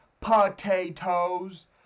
POTATOES